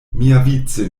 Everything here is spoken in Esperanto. miavice